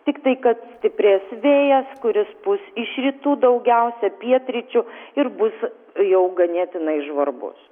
tiktai kad stiprės vėjas kuris pūs iš rytų daugiausia pietryčių ir bus jau ganėtinai žvarbus